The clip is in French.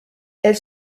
elle